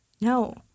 No